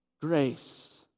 Grace